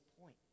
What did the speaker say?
point